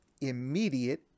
immediate